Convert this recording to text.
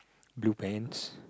blue pants